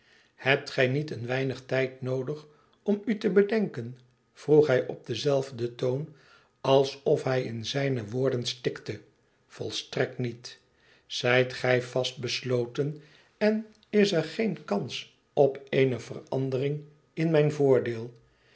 hebt gij niet een weinig tijd noodig om u te bedenken vroeg hij op denzelfden toon alsof hij in zijne woorden stikte volstrekt niet zijt gij vast besloten en is er geen kans op eene verandering in mijn voordeel